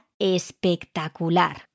espectacular